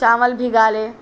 چاول بھگا لے